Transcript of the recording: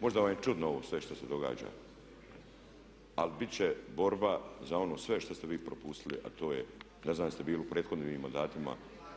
možda vam je čudno ovo sve što se događa ali biti će borba za ono sve što ste vi propustili a to je, ne znam jeste li bili u prethodnim mandatima,